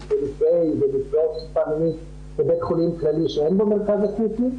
לנפגעות ונפגעי תקיפה מינית בבית חולים כללי שאין בו מרכז אקוטי.